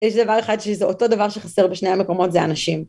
יש דבר אחד שזה אותו דבר שחסר בשני המקומות, זה אנשים.